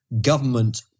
government